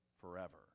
forever